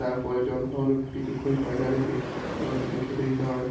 তারপরে জল খাওয়ানোর কিছুক্ষণ পরে তাদেরকে আবার কিছু খেতে দিতে হবে